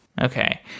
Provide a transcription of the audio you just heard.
Okay